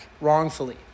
wrongfully